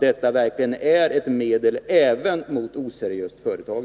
Detta är ett medel även mot oseriösa företag.